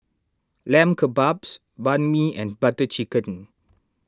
Lamb Kebabs Banh Mi and Butter Chicken